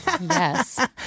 Yes